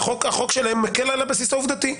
החוק שלהם מקל על הבסיס העובדתי.